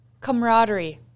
camaraderie